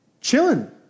chilling